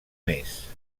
més